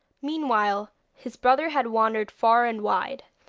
meanwhile his brother had wandered far and wide,